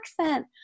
accent